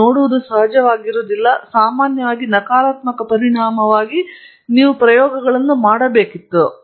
ನೀವು ನೋಡುವುದು ಸಹಜವಾಗಿರುವುದಿಲ್ಲ ಸಾಮಾನ್ಯವಾಗಿ ನಕಾರಾತ್ಮಕ ಪರಿಣಾಮವಾಗಿ ನೀವು ಪ್ರಯೋಗಗಳನ್ನು ಮಾಡಬೇಕಾಗಿತ್ತು